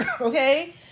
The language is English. okay